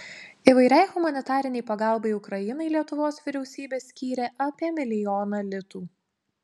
įvairiai humanitarinei pagalbai ukrainai lietuvos vyriausybė skyrė apie milijoną litų